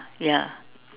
ya